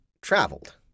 Traveled